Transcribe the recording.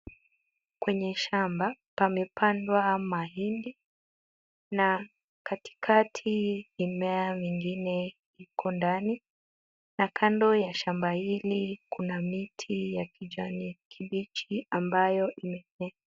Kwenye shamba; pamepandwa mahindi, na katikati imea wingine iko ndani. Na kando ya shamba hili kuna miti ya kijani, mbichi ambayo ime.